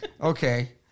okay